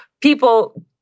people